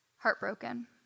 heartbroken